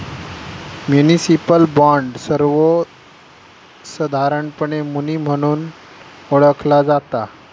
municipal bond, सर्वोसधारणपणे muni म्हणून ओळखला जाता